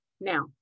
now